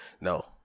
No